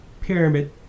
pyramid